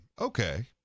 Okay